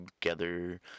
together